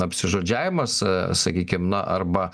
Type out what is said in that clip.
apsižodžiavimas sakykim na arba